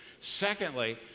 Secondly